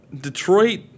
Detroit